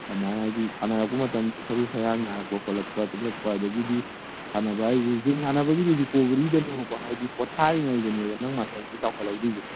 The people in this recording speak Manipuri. ꯑꯗꯨꯃꯥꯏ ꯍꯥꯏꯗꯤ ꯁꯥꯟꯅꯔꯛꯄ ꯃꯇꯝ ꯁꯔꯨ ꯁꯌꯥꯡ ꯅꯥꯔꯛꯄ ꯈꯣꯠꯂꯛꯄ ꯆꯤꯛꯂꯛꯄ ꯑꯗꯒꯤꯗꯤ ꯁꯥꯟꯅꯕ ꯍꯥꯏꯁꯤ ꯖꯤꯝ ꯁꯥꯟꯅꯕꯒꯤꯗꯤ ꯔꯤꯀꯣꯚꯔꯤꯗꯅꯦꯕꯀꯣ ꯍꯥꯏꯗꯤ ꯄꯣꯊꯥꯔꯤꯉꯩꯗꯅꯦꯕ ꯅꯪ ꯃꯁꯜꯁꯦ ꯆꯥꯎꯈꯠꯍꯧꯗꯣꯏꯖꯦ